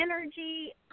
energy